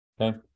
Okay